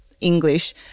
English